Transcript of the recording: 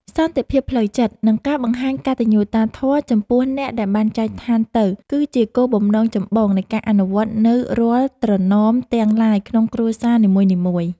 សន្តិភាពផ្លូវចិត្ត និងការបង្ហាញកតញ្ញូតាធម៌ចំពោះអ្នកដែលបានចែកឋានទៅគឺជាគោលបំណងចម្បងនៃការអនុវត្តនូវរាល់ត្រណមទាំងឡាយក្នុងគ្រួសារនីមួយៗ។